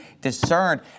discerned